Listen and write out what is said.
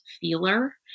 feeler